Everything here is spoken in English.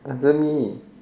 wasn't me